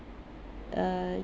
uh